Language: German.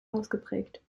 ausgeprägt